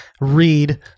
read